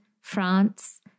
France